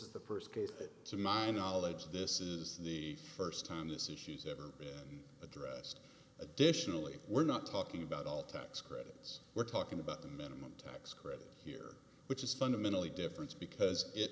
is the first case to my knowledge this is the first time this issue has ever been addressed additionally we're not talking about all tax credits we're talking about the minimum tax credit here which is fundamentally difference because it